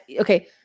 okay